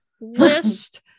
list